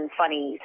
funny